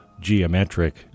geometric